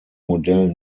modell